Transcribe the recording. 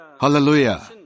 Hallelujah